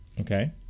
Okay